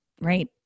right